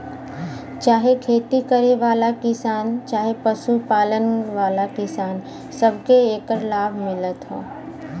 चाहे खेती करे वाला किसान चहे पशु पालन वाला किसान, सबके एकर लाभ मिलत हौ